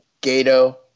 Gato